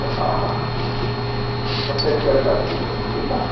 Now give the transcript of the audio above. हा हा हा मैसेज करे था छॾियूं उहो ठीकु आहे